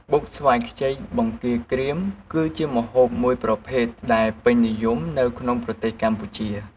បុកស្វាយខ្ចីបង្គាក្រៀម គឺជាម្ហូបមួយប្រភេទដែលពេញនិយមនៅក្នុងប្រទេសកម្ពុជា។